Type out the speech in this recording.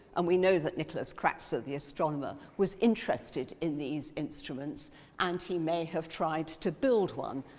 and we know that nicholas kratzer, the astronomer, was interested in these instruments and he may have tried to build one.